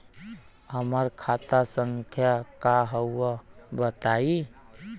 हमार खाता संख्या का हव बताई?